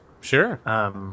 Sure